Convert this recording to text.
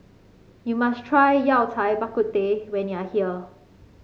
you must try Yao Cai Bak Kut Teh when you are here